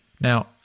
Now